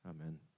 Amen